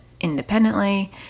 independently